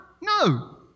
No